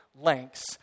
lengths